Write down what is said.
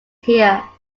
here